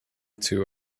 two